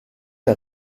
der